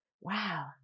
wow